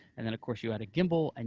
and then of course you've got a gimbal, and